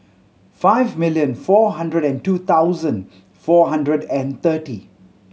five million four hundred and two thousand four hundred and thirty